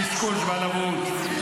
קשקוש בלבוש.